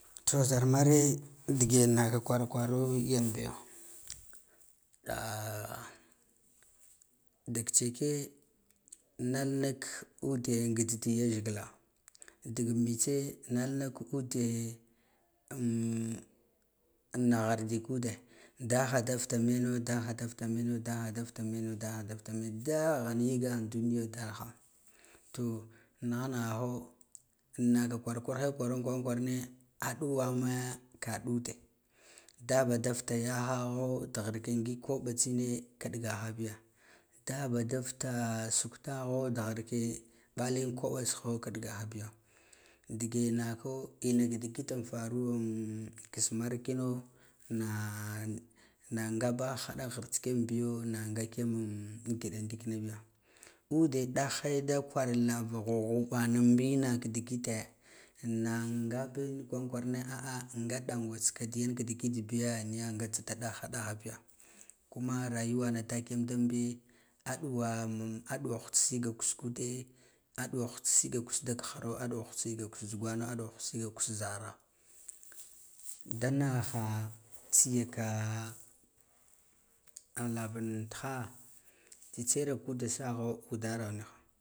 Yo zar mare ndige naka kwar kwaro ndiken bi yo alih tiske nati nig ude gigh di yazagila dik mitse nal nig ude an naghar di ka ude daha da fata meno daha da fu ta mena daghan yiga duniyo daha to nigha nigha ho innaka kwarajurhe kwaran kwarane aduwame kad ude dab a da fata yahaya yighirke ngig koɓa tsine kaɗgaha biga daba da futa suk tagho da ghirke palin koɓa tsoho kiɗgaha biya ndige nako inaka digit faruwan kiss mar kino nah, nah gaba haɗa ghir tsikiyam biyo an giɗa ndikina biyo ude dah he da kwar la va ghuɓghuɓan nan mbina digite na ngabin kwaran kwarane a'a nga dangwai tsika di yan ka digit biya niga nga tsada dah ha da ha biya kuma rayuwana da kigon ɗan be a duwa mum aɓuwa hutss siga kus ku ude a duwa kus siga kus diu ghiro a duwa hutssi ga kus zugwano aɗuwa hatss siga kur zara danaha tsiya ka ulavan tiha tsitsa ira ka ude saho udaran niha